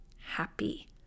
happy